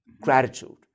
gratitude